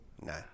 No